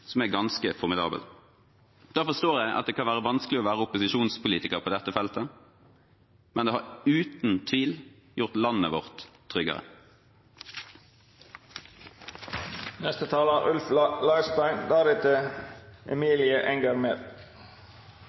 som er ganske formidabel. Da forstår jeg at det kan være vanskelig å være opposisjonspolitiker på dette feltet, men det har uten tvil gjort landet vårt